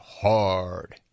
hard